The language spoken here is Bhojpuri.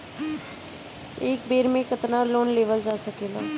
एक बेर में केतना लोन लेवल जा सकेला?